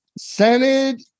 Senate